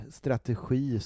strategi